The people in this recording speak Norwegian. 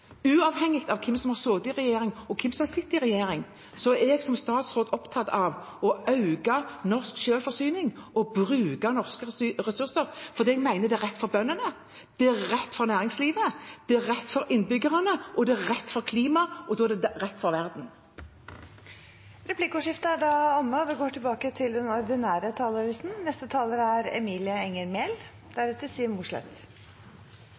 Uavhengig av hvem som har sittet i regjering, og hvem som sitter i regjering, er jeg som statsråd opptatt av å øke norsk selvforsyning og bruke norske ressurser fordi jeg mener det er rett for bøndene, det er rett for næringslivet, det er rett for innbyggerne, og det er rett for klimaet, og da er det rett for verden. Replikkordskiftet er da omme. De talere som heretter får ordet, har en taletid på inntil 3 minutter. Noe av det aller viktigste vi kan gjøre for egen beredskap, for naturen og